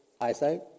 eyesight